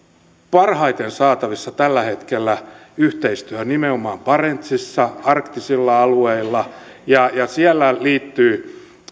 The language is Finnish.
parhaiten saatavissa tällä hetkellä yhteistyöhön nimenomaan barentsissa arktisilla alueilla ja siellä liittyvät